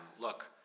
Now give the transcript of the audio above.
look